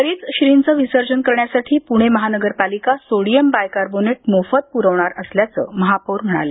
घरीच श्रीं चे विसर्जन करण्यासाठी पुणे महानगरपालिका सोडीयम बायकार्बोनेट मोफत पुरवणार असल्याचं महापौर म्हणाले